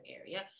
area